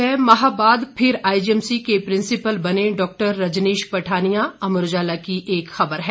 छह माह बाद फिर आईजीएमसी के प्रिसिंपल बने डॉक्टर रजनीश पठानिया अमर उजाला की एक खबर है